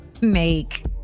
Make